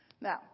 Now